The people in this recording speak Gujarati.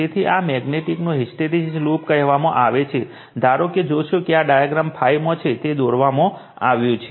તેથી આ મેગ્નેટિકનો હિસ્ટેરેસીસ લૂપ કહેવામાં આવે છે ધારો કે જોશો કે આ ડાયાગ્રામ 5 માં છે તે દોરવામાં આવ્યું છે